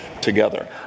together